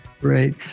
Great